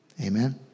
Amen